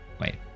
Wait